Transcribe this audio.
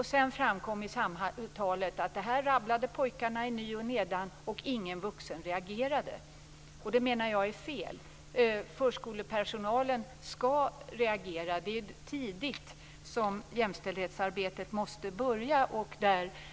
I samtalet framkom att den här ramsan rabblade pojkarna i ny och nedan, och ingen vuxen reagerade. Det menar jag är fel. Förskolepersonalen skall reagera. Det är tidigt som jämställdhetsarbetet måste börja.